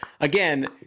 Again